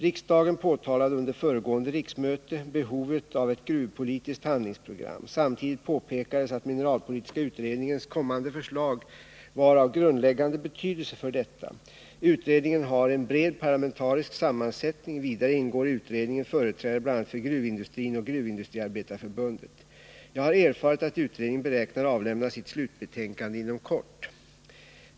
Riksdagen framhöll under föregående riksmöte behovet av ett gruvpolitiskt handlingsprogram. Samtidigt påpekades att mineralpolitiska utredningens kommande förslag var av grundläggande betydelse för detta. Utredningen har en bred parlamentarisk sammansättning. Vidare ingår i utredningen företrädare bl.a. för gruvindustrin och Gruvindustriarbetareförbundet. Jag har erfarit att utredningen beräknar avlämna sitt slutbetänkande inom kort.